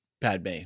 Padme